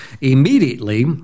immediately